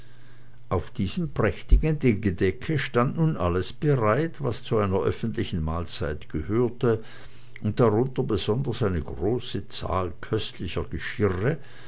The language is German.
auf diesem prächtigen gedecke stand nun alles bereit was zu einer öffentlichen mahlzeit gehörte und darunter besonders eine große zahl köstlicher geschirre